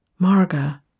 Marga